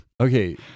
Okay